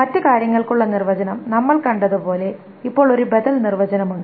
മറ്റ് കാര്യങ്ങൾക്കുള്ള നിർവചനം നമ്മൾ കണ്ടതുപോലെ ഇപ്പോൾ ഒരു ബദൽ നിർവചനം ഉണ്ട്